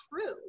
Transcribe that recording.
true